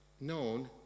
known